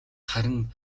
харин